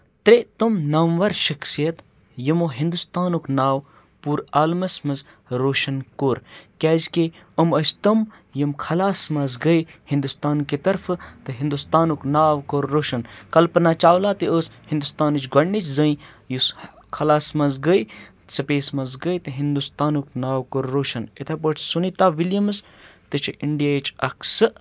ترٛےٚ تِم ناموَر شخصیت یِمو ہِنٛدوستانُک ناو پوٗرٕ عالمَس منٛز روشَن کوٚر کیٛازِکہِ إمۍ ٲسۍ تِم یِم خلاہَس منٛز گٔے ہِندوستان کہِ طرفہٕ تہٕ ہِندوستانُک ناو کوٚر روشَن کَلپنا چاولا تہِ ٲس ہِنٛدوستانٕچ گۄڈنِچ زٔنۍ یُس خلاہَس منٛز گٔے سپیس منٛز گٔے تہٕ ہِندوستانُک ناو کوٚر روشَن یِتھٕے پٲٹھۍ سُنیتا وِلیمٕز تہِ چھِ اِنڈیہِچ اَکھ سُہ